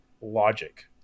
logic